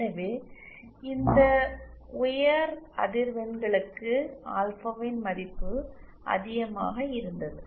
எனவே இந்த உயர் அதிர்வெண்களுக்கு ஆல்பாவின் மதிப்பு அதிகமாக இருந்தது